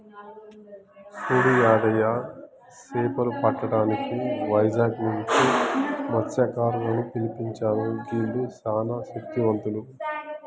సూడు యాదయ్య సేపలు పట్టటానికి వైజాగ్ నుంచి మస్త్యకారులను పిలిపించాను గీల్లు సానా శక్తివంతులు